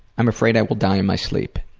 i'm afraid i will die in my sleep.